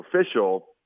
official